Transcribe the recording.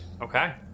okay